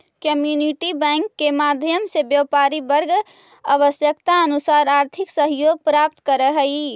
community bank के माध्यम से व्यापारी वर्ग आवश्यकतानुसार आर्थिक सहयोग प्राप्त करऽ हइ